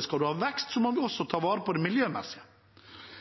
skal man ha vekst, må man også ta vare på det miljømessige.